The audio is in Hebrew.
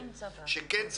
משהו אחד